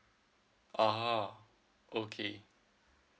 ah okay